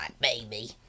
baby